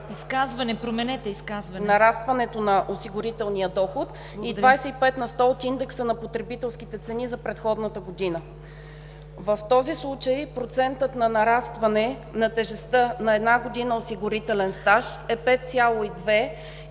като сума от 75 на сто от нарастването на осигурителния доход и 25 на сто от индекса на потребителските цени за предходната година. В този случай процентът на нарастване на тежестта на една година осигурителен стаж е 5,2